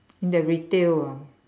the retail ah